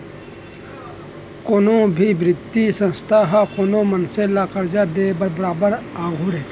कोनो भी बित्तीय संस्था ह कोनो मनसे ल करजा देय बर बरोबर आघू रहिथे